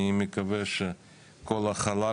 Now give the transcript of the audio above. אני מקווה שכל החלל